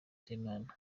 semana